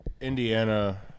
Indiana –